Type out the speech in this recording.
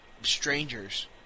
strangers